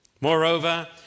Moreover